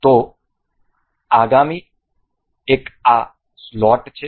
તેથી આગામી એક આ સ્લોટ છે